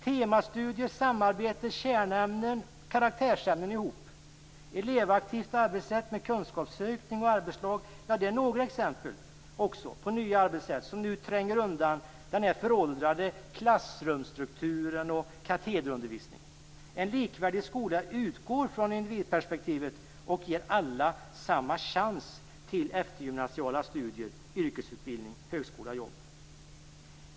Temastudier, samarbete mellan kärnämnen och karaktärsämnen samt elevaktivt arbetssätt med kunskapssökning och arbetslag är några exempel på nya arbetssätt som nu tränger undan föråldrad klassrumsstruktur och katederundervisning. En likvärdig skola utgår från individperspektivet och ger alla samma chans till eftergymnasiala studier, yrkesutbildning, högskola och jobb.